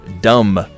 dumb